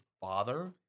father